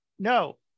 No